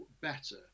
better